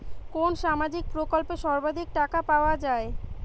কোন সামাজিক প্রকল্পে সর্বাধিক টাকা পাওয়া য়ায়?